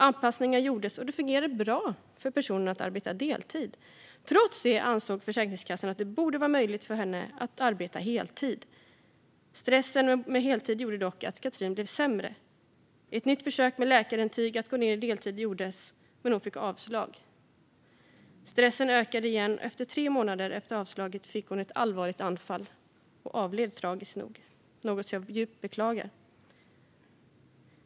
Anpassningar gjordes, och det fungerade bra för henne att jobba deltid. Trots det ansåg Försäkringskassan att det borde vara möjligt för henne att arbeta heltid. Stressen med heltid gjorde dock att Cathrin blev sämre. Ett nytt försök med läkarintyg gjordes för att hon skulle få gå ned på deltid. Men hon fick avslag. Stressen ökade igen, och tre månader efter avslaget fick hon ett allvarligt anfall och avled tragiskt nog. Det är något som jag djupt beklagar.